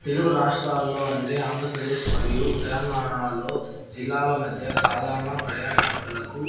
తెలుగు రాష్ట్రాల్లో అంటే ఆంధ్రప్రదేశ్ మరియు తెలంగాణలో జిల్లాల మధ్య సాధారణ ప్రయాణికులకు